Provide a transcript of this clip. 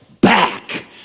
back